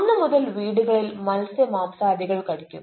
അന്ന് മുതൽ വീടുകളിൽ മത്സ്യമാംസാദികൾ കഴിക്കും